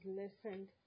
listened